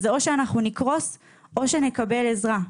זה או שאנחנו נקרוס או שנקבל עזרה.